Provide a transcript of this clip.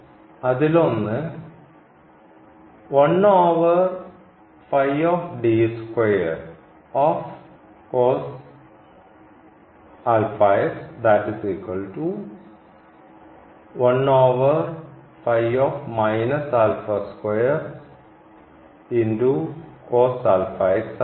അതിലൊന്ന് ആയിരുന്നു